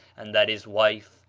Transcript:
and that his wife,